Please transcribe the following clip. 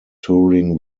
touring